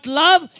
love